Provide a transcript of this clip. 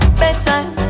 bedtime